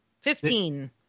Fifteen